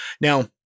Now